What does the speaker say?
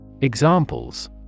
Examples